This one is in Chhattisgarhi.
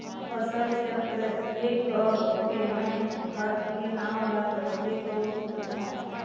फसल चक्र ए क होथे? मै हर ए नांव ल पहिले तोर सुनथों